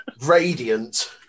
Radiant